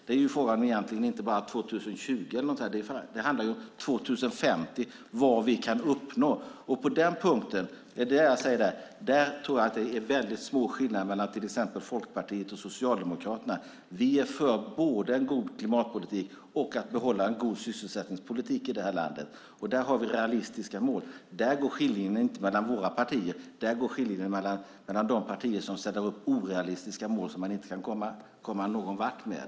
Det är inte bara fråga om 2020 - det handlar om 2050 och vad vi kan uppnå i framtiden. På den punkten tror jag att det är väldigt små skillnader mellan till exempel Folkpartiet och Socialdemokraterna. Vi är för både en god klimatpolitik och att behålla en god sysselsättningspolitik i landet. Där har vi realistiska mål. Skiljelinjen går inte mellan våra två partier. Skiljelinjen går mot de partier som ställer upp orealistiska mål som man inte kan komma någon vart med.